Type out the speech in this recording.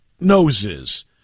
noses